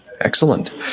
Excellent